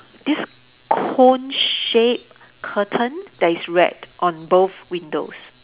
this cone shaped curtain that is red on both windows